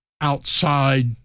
outside